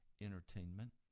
Entertainment